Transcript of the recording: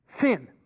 sin